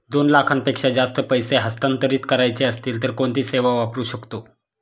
दोन लाखांपेक्षा जास्त पैसे हस्तांतरित करायचे असतील तर कोणती सेवा वापरू शकतो?